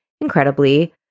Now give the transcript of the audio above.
incredibly